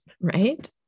right